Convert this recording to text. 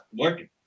working